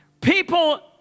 People